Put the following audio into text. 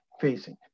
facing